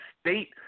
state